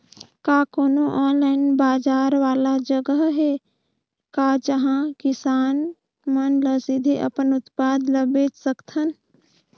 का कोनो ऑनलाइन बाजार वाला जगह हे का जहां किसान मन ल सीधे अपन उत्पाद ल बेच सकथन?